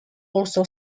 also